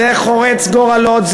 זה חורץ גורלות,